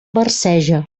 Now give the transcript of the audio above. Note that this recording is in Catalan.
marceja